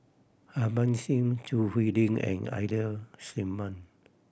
Harban Singh Choo Hwee Lim and Ida Simmon